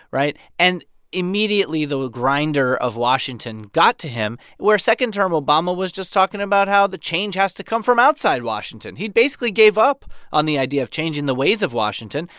right? and immediately, the grinder of washington got to him where second-term obama was just talking about how the change has to come from outside washington. he basically gave up on the idea of changing the ways of washington.